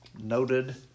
noted